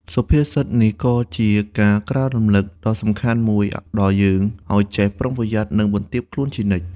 សុភាសិតនេះក៏ជាការក្រើនរំលឹកដ៏សំខាន់មួយដល់យើងឱ្យចេះ ប្រុងប្រយ័ត្ន និង បន្ទាបខ្លួនជានិច្ច។